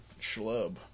schlub